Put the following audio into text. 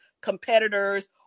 competitors